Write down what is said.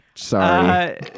Sorry